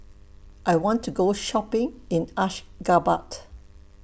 I want to Go Shopping in Ashgabat